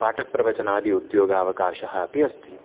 पाठप्रवचनादि उद्योगावकाशः अपि अस्ति